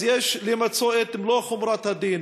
יש למצות את מלוא חומרת הדין.